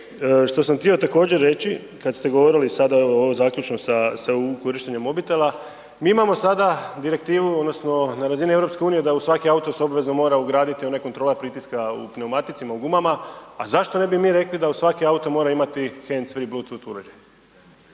što sam htio također reći kada ste govorili sada zaključno sa korištenjem mobitela, mi imamo sada direktivu odnosno na razini EU-a da u svaki auto se obavezno mora ugraditi ona kontrola pritiska u pneumatici u gumama a zašto ne bi mi rekli da svaki mora imati handsfree Bluetooth uređaj?